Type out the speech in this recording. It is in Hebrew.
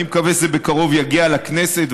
אני מקווה שזה בקרוב יגיע לכנסת,